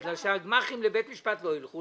בגלל שהגמ"חים לא ילכו לבית משפט; לערר,